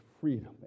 freedom